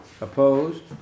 Opposed